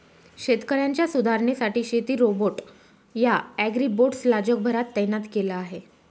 शेतकऱ्यांच्या सुधारणेसाठी शेती रोबोट या ॲग्रीबोट्स ला जगभरात तैनात केल आहे